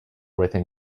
within